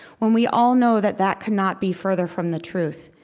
when we all know that that could not be further from the truth.